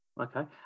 Okay